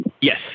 Yes